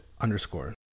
underscore